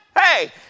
hey